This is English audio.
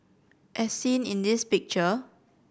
as seen in this picture